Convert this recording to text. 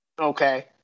okay